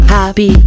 Happy